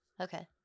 Okay